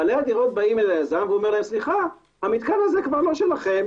בעלי הדירות באים ליזם ואומר להם: המתקן הזה כבר לא שלכם.